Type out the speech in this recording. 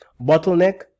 Bottleneck